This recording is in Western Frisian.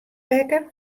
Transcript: wekker